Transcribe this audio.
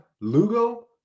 Lugo